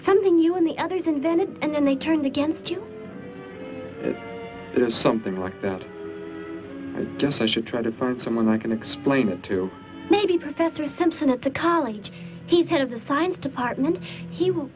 something you in the others and then it and then they turned against you or something like that as you try to find someone i can explain it to maybe professor simpson at the college he's head of the science department he will